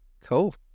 Cool